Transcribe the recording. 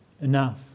Enough